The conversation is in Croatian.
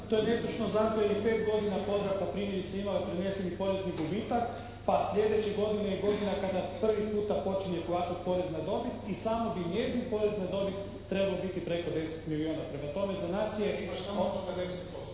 To je netočno zato jer je 5 godina "Podravka" primjerice imala preneseni porezni gubitak, a sljedeće godine je godina kada prvi puta počinje plaćati porez na dobit i samo bi njezin porez na dobit trebao biti preko 10 milijuna. Prema tome, za nas je …… /Upadica